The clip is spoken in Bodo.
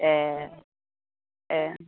ए' ए'